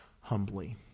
humbly